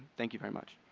thank you very much.